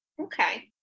Okay